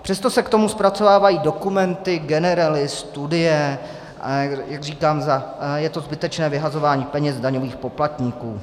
Přesto se k tomu zpracovávají dokumenty, generely, studie, a jak říkám, je to zbytečné vyhazování peněz daňových poplatníků.